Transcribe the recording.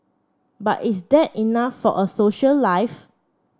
but is that enough for a social life